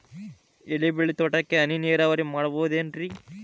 ಎಲೆಬಳ್ಳಿ ತೋಟಕ್ಕೆ ಹನಿ ನೇರಾವರಿ ಮಾಡಬಹುದೇನ್ ರಿ?